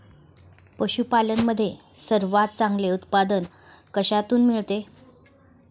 पशूपालन मध्ये सर्वात चांगले उत्पादन कशातून मिळते?